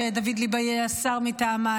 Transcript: שדוד ליבאי היה שר מטעמה,